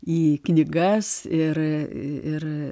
į knygas ir